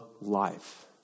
life